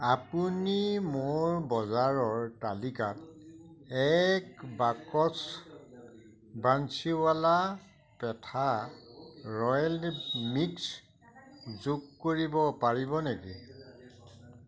আপুনি মোৰ বজাৰৰ তালিকাত এক box Bansiwala petha royal mix যোগ কৰিব পাৰিব নেকি